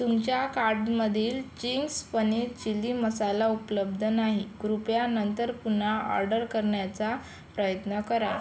तुमच्या कार्डमधील Ching's paneer chilli masala उपलब्ध नाही कृपया नंतर पुन्हा ऑर्डर करण्याचा प्रयत्न करा